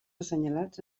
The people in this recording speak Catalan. assenyalats